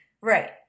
Right